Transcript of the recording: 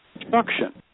destruction